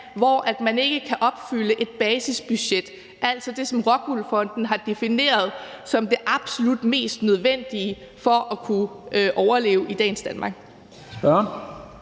hvor man ikke kan overholde et basisbudget, altså det, som ROCKWOOL Fonden har defineret som det absolut mest nødvendige for at kunne overleve i dagens Danmark.